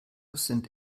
sind